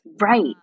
Right